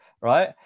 right